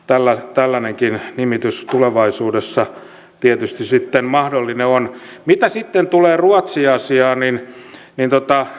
tällainenkin nimitys tulevaisuudessa tietysti sitten mahdollinen on mitä sitten tulee ruotsi asiaan niin niin